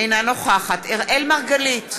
אינה נוכחת אראל מרגלית,